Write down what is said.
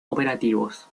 operativos